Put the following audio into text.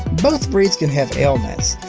both breeds can have ailments,